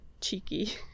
cheeky